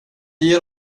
ger